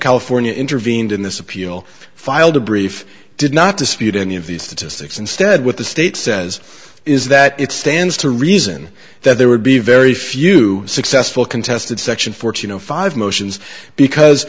california intervened in this appeal filed a brief did not dispute any of these statistics instead what the state says is that it stands to reason that there would be very few successful contested section fourteen zero five motions because